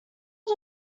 add